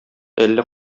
әллә